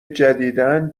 جدیدا